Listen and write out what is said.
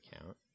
account